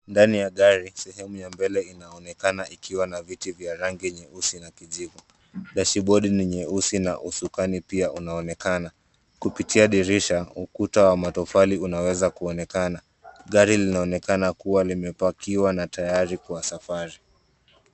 Ndani ya gari sehemu ya mbele inaonekana ikiwa na viti vya rangi nyeusi na kijivu. Dashibodi ni nyeusi na usukani pia unaonekana. Kupitia dirisha, ukuta wa matofali unaweza kuonekana. Gari linaonekana kuwa limepakiwa na tayari kwa safari.